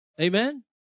Amen